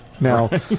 Now